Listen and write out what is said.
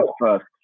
first